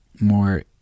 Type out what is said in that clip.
more